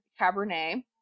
Cabernet